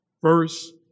First